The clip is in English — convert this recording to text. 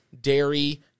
dairy